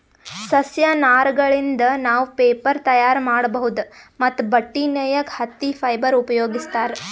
ಸಸ್ಯ ನಾರಗಳಿಂದ್ ನಾವ್ ಪೇಪರ್ ತಯಾರ್ ಮಾಡ್ಬಹುದ್ ಮತ್ತ್ ಬಟ್ಟಿ ನೇಯಕ್ ಹತ್ತಿ ಫೈಬರ್ ಉಪಯೋಗಿಸ್ತಾರ್